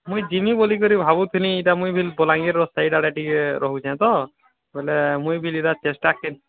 ମୁଇଁ ଯିମି ବୋଲିକରି ଭାବୁଥିନି ବଲାଙ୍ଗିର୍ ସାଇଡ଼୍ ଆଡ଼େ ଟିକେ ରହୁଚେଁ ତ ବେଲେ ମୁଇଁ ଚେଷ୍ଟା କେନ୍